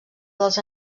dels